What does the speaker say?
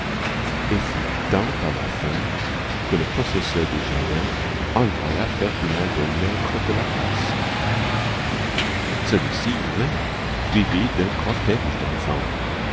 et fit tant à la fin que le possesseur du jardin envoya faire plainte au maître de la classe celui-ci vint suivi d'un cortège d'enfants